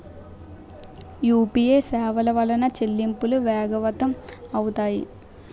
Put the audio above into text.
UPA సేవల వలన చెల్లింపులు వేగవంతం అవుతాయి